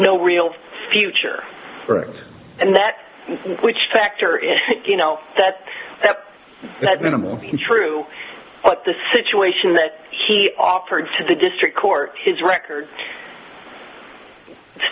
no real future and that which factor in that that that minimum true what the situation that he offered to the district court his record